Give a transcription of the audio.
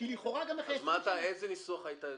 אז איזה ניסוח היית מציע?